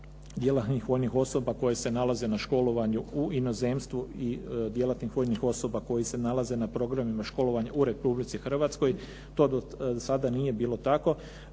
djelatnih vojnih osoba koje se nalaze na školovanju u inozemstvu i djelatnih vojnih osoba koje se nalaze na programima školovanja u Republici Hrvatskoj, to do sada nije bilo tako.